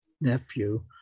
nephew